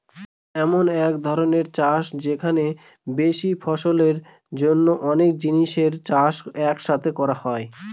এমন এক ধরনের চাষ যেখানে বেশি ফলনের জন্য অনেক জিনিসের চাষ এক সাথে করা হয়